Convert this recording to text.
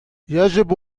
يجب